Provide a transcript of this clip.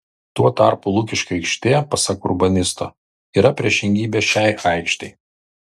tuo tarpu lukiškių aikštė pasak urbanisto yra priešingybė šiai aikštei